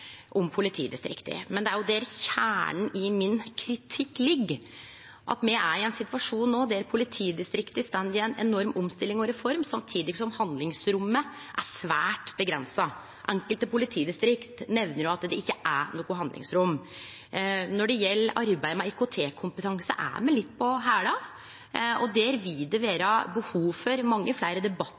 om politidistrikta, men det er der kjernen i min kritikk ligg, at me no er i ein situasjon der politidistrikta står i ei enorm omstilling og i ei reform samtidig som handlingsrommet er svært avgrensa. Enkelte politidistrikt seier at det ikkje er noko handlingsrom. Når det gjeld arbeidet med IKT-kompetanse, er me litt «på hæla». På dette området vil det vere behov for mange fleire debattar